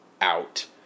out